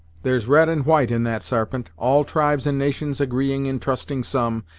there's red and white in that, sarpent, all tribes and nations agreeing in trusting some,